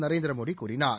நரேந்திரமோடி கூறினார்